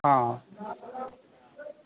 हाँ